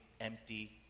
empty